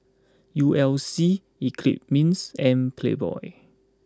U L C Eclipse Mints and Playboy